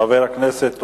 חבר הכנסת אריאל,